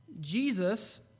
jesus